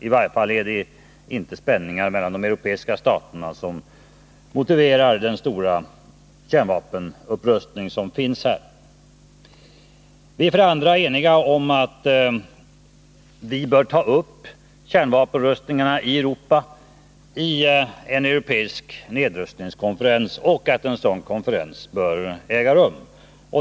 I varje fall är det inte spänningarna mellan de europeiska staterna som motiverar den stora kärnvapenupprustning som pågår. Vi är vidare eniga om att vi bör ta upp frågan om kärnvapenrustningarna i Europai en europeisk nedrustningskonferens och att en sådan konferens bör äga rum.